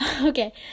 Okay